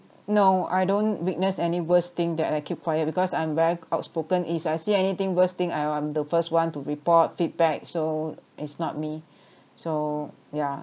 no I don't witness any worst thing then I keep quiet because I'm very outspoken if I see anything worst thing I'll I'm the first one to report feedback so it's not me so yeah